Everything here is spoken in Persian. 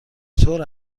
طور